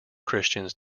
christians